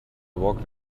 walked